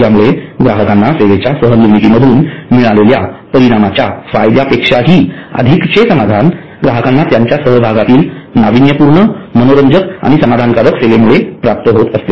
यामुळे ग्राहकांना सेवेच्या सहनिर्मितीमधुन मिळालेल्या परिणामाच्या फायद्यांपेक्षाहि अधिकचे समाधान ग्राहकांना त्यांच्या सहभागातील नाविन्यपूर्ण मनोरंजक आणि समाधानकारक सेवेमुळे प्राप्त होते